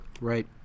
Right